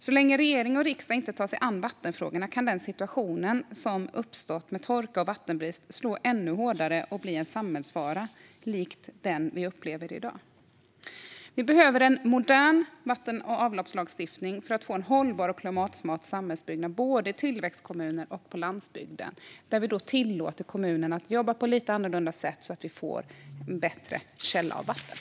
Så länge regering och riksdag inte tar sig an vattenfrågorna kan den situation som uppstått med torka och vattenbrist slå ännu hårdare och bli en samhällsfara, lik den vi upplever i dag. Vi behöver en modern vatten och avloppslagstiftning för att få en hållbar och klimatsmart samhällsbyggnad både i tillväxtkommuner och på landsbygden. Där tillåter vi då kommunen att jobba på lite annorlunda sätt, så att vi får en bättre källa av vatten.